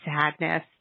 sadness